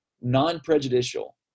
non-prejudicial